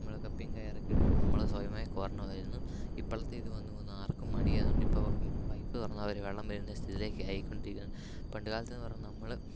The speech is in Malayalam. നമ്മൾ കപ്പീം കയറൊക്കെ ഇട്ട് വേണം നമ്മൾ സ്വയമേ കോരണം അതായിരുന്നു ഇപ്പോഴത്തെ ഇത് വന്ന് വന്ന് ആർക്കും മടിയായത് കൊണ്ട് ഇപ്പോൾ പൈപ്പ് തുറന്നാൽ വരെ വെള്ളം വരുന്ന ഒരു സ്ഥിതിയിലേക്ക് ആയിക്കൊണ്ടിരിക്കുകയാണ് പണ്ടുകാലത്തെന്ന് പറഞ്ഞാൽ നമ്മൾ